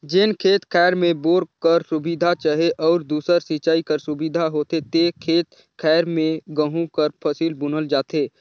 जेन खेत खाएर में बोर कर सुबिधा चहे अउ दूसर सिंचई कर सुबिधा होथे ते खेत खाएर में गहूँ कर फसिल बुनल जाथे